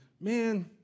man